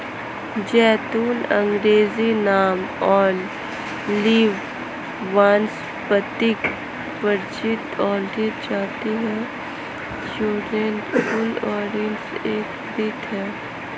ज़ैतून अँग्रेजी नाम ओलिव वानस्पतिक प्रजाति ओलिया जाति थूरोपिया कुल ओलियेसी एक वृक्ष है